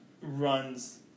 runs